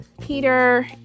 Peter